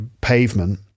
pavement